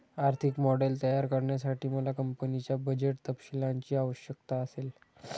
आर्थिक मॉडेल तयार करण्यासाठी मला कंपनीच्या बजेट तपशीलांची आवश्यकता असेल